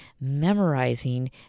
memorizing